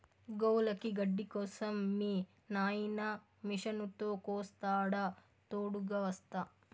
గోవులకి గడ్డి కోసం మీ నాయిన మిషనుతో కోస్తాడా తోడుగ వస్తా